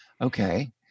Okay